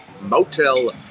Motel